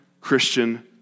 Christian